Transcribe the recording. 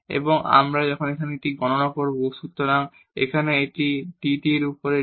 এবং এখন আমরা এটি গণনা করব সুতরাং এখানে এটি dt এর উপর dx